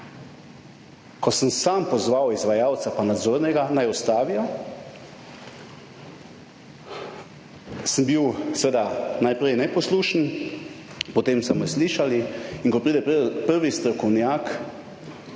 Ko sem sam pozval izvajalca, pa nadzornega, naj ustavijo, sem bil seveda najprej neposlušen, potem so me slišali in ko pride prvi strokovnjak